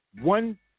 one